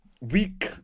weak